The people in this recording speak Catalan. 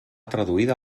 traduïda